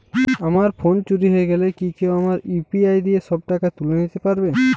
আমার ফোন চুরি হয়ে গেলে কি কেউ আমার ইউ.পি.আই দিয়ে সব টাকা তুলে নিতে পারবে?